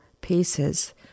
pieces